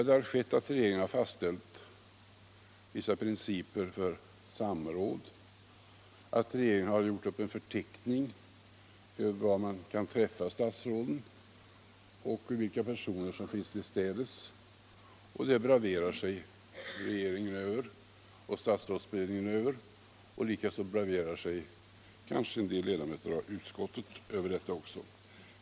Det har skett, att regeringen har fastställt vissa principer för samråd, att regeringen har gjort upp en förteckning över var man kan träffa statsråden och vilka personer som finns tillstädes. Och det braverar regeringen och statsrådsberedningen över! Likaså braverar kanske en del ledamöter av utskottet över detta.